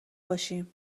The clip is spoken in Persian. باشیم